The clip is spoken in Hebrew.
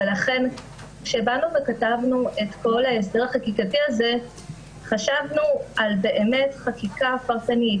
ולכן כשכתבנו את כל ההסדר החקיקתי הזה חשבנו על חקיקה פרטנית,